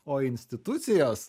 o institucijos